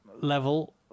level